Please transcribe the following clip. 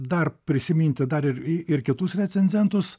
dar prisiminti dar ir kitus recenzentus